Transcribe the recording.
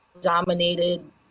dominated